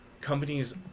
companies